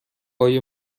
های